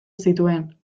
zituen